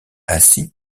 assis